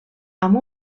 amb